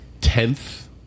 tenth